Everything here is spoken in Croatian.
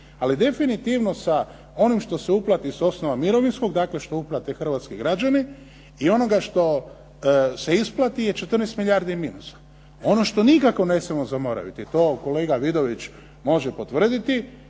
Ali definitivno sa onim što se uplati sa osnova mirovinskog, dakle što uplate hrvatski građani i onoga što se isplati je 14 milijardi minusa. Ono što nikako ne smijemo zaboraviti to kolega Vidović može potvrditi